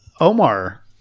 Omar